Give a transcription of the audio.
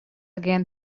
again